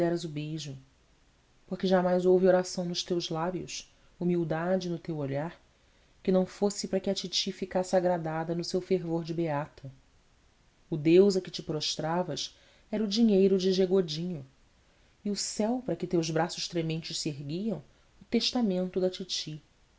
deras beijo porque jamais houve oração nos teus lábios humildade no teu olhar que não fosse para que a titi ficasse agradada no seu fervor de beata o deus a que te prostravas era dinheiro de g godinho e o céu para que teus braços trementes se erguiam o testamento da titi